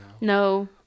No